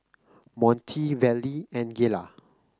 Monty Vallie and Gayla